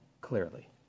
clearly